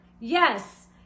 Yes